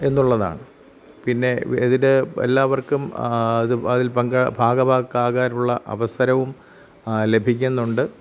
എന്നുള്ളതാണ് പിന്നെ ഇതിൻ്റെ എല്ലാവർക്കും അത് അതിൽ പങ്കാ ഭാഗഭാക്കാകാനുള്ള അവസരവും ലഭിക്കുന്നുണ്ട്